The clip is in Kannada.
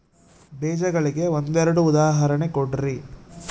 ಬೇಜಗಳಿಗೆ ಒಂದೆರಡು ಉದಾಹರಣೆ ಕೊಡ್ರಿ?